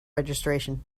registration